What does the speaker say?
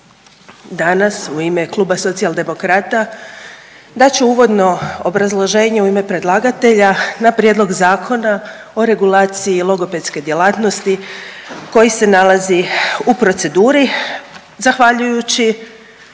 danas u ime Kluba Socijaldemokrata dat ću uvodno obrazloženje u ime predlagatelja na prijedlog Zakona o regulaciji logopedske djelatnosti koji se nalazi u proceduri zahvaljujući